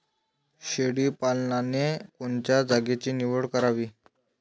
शेळी पालनाले कोनच्या जागेची निवड करावी?